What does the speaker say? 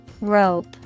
Rope